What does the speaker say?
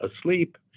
asleep